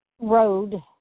road